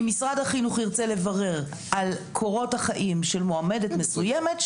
אם משרד החינוך ירצה לברר על קורות החיים של מועמדת מסוימת,